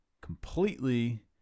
completely